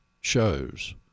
shows